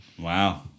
wow